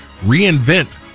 reinvent